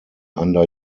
under